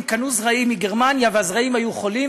הם קנו זרעים מגרמניה והזרעים היו חולים,